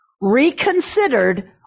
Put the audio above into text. reconsidered